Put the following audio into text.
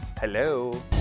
Hello